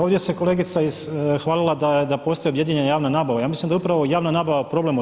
Ovdje se kolegica hvalila da postoji objedinjena javna nabava, ja mislim da je upravo javna nabava problem u RH.